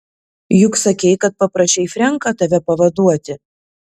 juk sakei kad paprašei frenką tave pavaduoti